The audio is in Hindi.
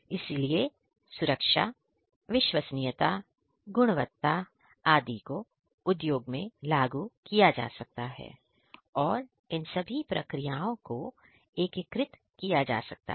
इसीलिए सुरक्षा विश्वसनीयता गुणवत्ता आदि को उद्योग में लागू किया जा सकता है और इन सभी प्रक्रियाओं को एकीकृत किया जा सकता है